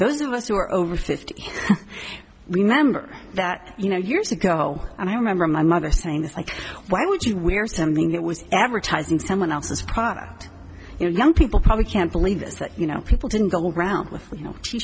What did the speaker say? those of us who are over fifty remember that you know years ago and i remember my mother saying this like why would you wear something that was advertising someone else's product you know young people probably can't believe this that you know people didn't go around with you know